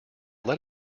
let